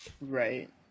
Right